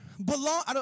Belong